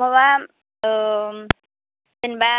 माबा जेन'बा